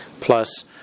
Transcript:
plus